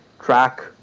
track